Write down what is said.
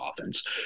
offense